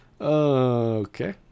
Okay